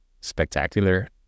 spectacular